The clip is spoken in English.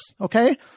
okay